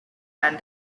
banned